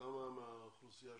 כמה מהאוכלוסייה